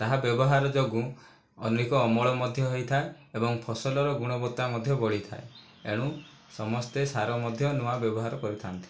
ତାହା ବ୍ୟବହାର ଯୋଗୁଁ ଆନେକ ଅମଳ ମଧ୍ୟ ହୋଇଥାଏ ଏବଂ ଫସଲ ର ଗୁଣବତ୍ତ ମଧ୍ୟ ବଢ଼ିଥାଏ ଏଣୁ ସମସ୍ତେ ସାର ମଧ୍ୟ ନୂଆ ବ୍ୟବହାର କରିଥାନ୍ତି